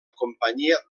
companyia